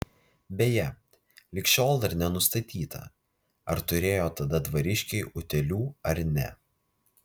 beje lig šiol dar nenustatyta ar turėjo tada dvariškiai utėlių ar ne